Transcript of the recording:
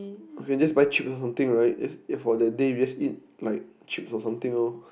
okay just buy chips or something right just for the day we just eat like chips or something loh